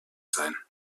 sein